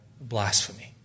blasphemy